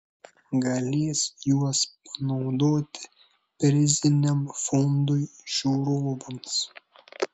galės juos panaudoti priziniam fondui žiūrovams